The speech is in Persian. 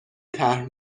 طرح